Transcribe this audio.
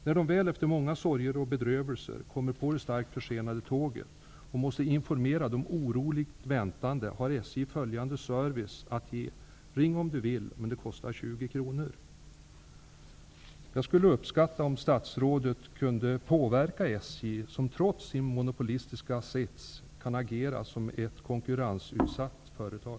När de väl, efter många sorger och bedrövelser, kommer på det starkt försenade tåget och måste informera de oroligt väntande, har SJ följande service att ge: Ring om du vill, men det kostar 20 Jag skulle uppskatta om statsrådet kunde påverka SJ, som trots sin monopolistiska sits kan agera som ett konkurrensutsatt företag.